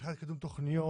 הן מבחינת קידום תכניות,